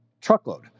truckload